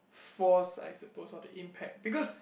force I suppose or the impact because